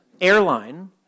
airline